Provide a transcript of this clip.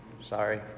Sorry